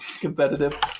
competitive